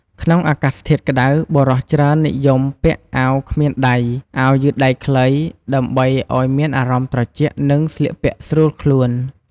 ក្នុងអាកាសធាតុក្ដៅ បុរសច្រើននិយមពាក់អាវគ្មានដៃអាវយឺតដៃខ្លី ដើម្បីឱ្យមានអារម្មណ៍ត្រជាក់និងស្លៀកពាក់ស្រួលខ្លួន។